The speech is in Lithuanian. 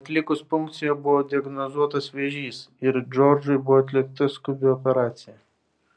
atlikus punkciją buvo diagnozuotas vėžys ir džordžui buvo atlikta skubi operacija